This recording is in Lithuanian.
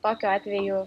tokiu atveju